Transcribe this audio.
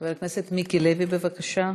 חבר הכנסת מיקי לוי, בבקשה.